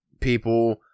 people-